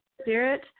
spirit